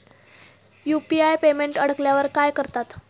UPI payment अडकल्यावर काय करतात?